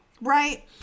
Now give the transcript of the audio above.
Right